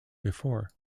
before